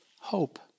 hope